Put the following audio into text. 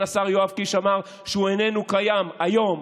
השר יואב קיש אמר שהוא איננו קיים היום.